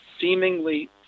seemingly